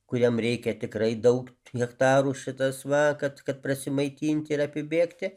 kuriam reikia tikrai daug hektarų šitas va kad kad prasimaitinti ir apibėgti